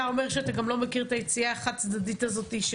אתה אומר שאתה גם לא מכיר את היציאה החד צדדית הזאת של